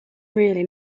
really